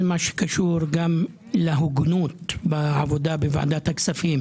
הקשור להוגנות בעבודה בוועדת הכספים